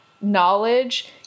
knowledge